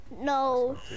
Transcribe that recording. No